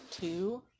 two